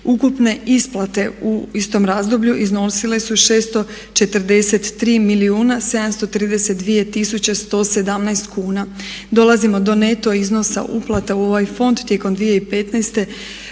Ukupne isplate u istom razdoblju iznosile su 643 milijuna 732 tisuće 117 kuna. Dolazimo do neto iznosa uplata u ovaj fond tijekom 2015.